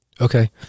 Okay